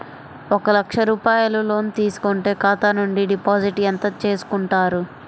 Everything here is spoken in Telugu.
ఒక లక్ష రూపాయలు లోన్ తీసుకుంటే ఖాతా నుండి డిపాజిట్ ఎంత చేసుకుంటారు?